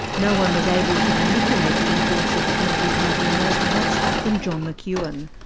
no-one was able to manipulate the influence of the country party more perhaps, than john mcewen.